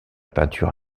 peinture